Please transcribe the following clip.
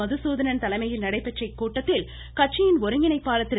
மது சூதணன் தலைமையில் நடைபெற்ற இக்கூட்டத்தில் கட்சியின் ஒருங்கிணைப்பாளர் திரு